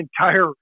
entire